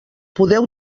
podeu